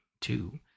two